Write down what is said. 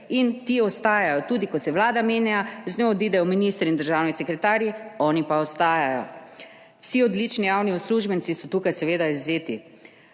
in ti ostajajo, tudi ko se vlada menja, z njo odidejo ministri in državni sekretarji. oni pa ostajajo. Vsi odlični javni uslužbenci so tukaj seveda izvzeti.